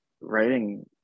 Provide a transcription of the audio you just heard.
writing